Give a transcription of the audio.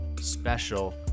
special